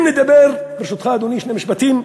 אם נדבר, ברשותך, אדוני, שני משפטים.